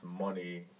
money